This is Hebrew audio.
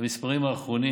למספרים האחרונים,